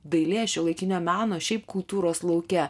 dailėj šiuolaikinio meno šiaip kultūros lauke